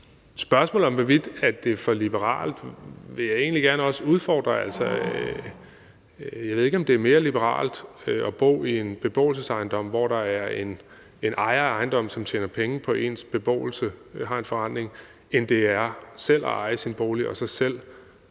spørgsmålet om, hvorvidt det er for liberalt, vil jeg egentlig gerne udfordre – altså, jeg ved ikke, om det er mere liberalt at bo i en beboelsesejendom, hvor der er en ejer af ejendommen, som tjener penge på ens beboelse, har en forrentning, end det er selv at eje sin bolig og så selv